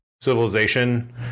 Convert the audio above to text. civilization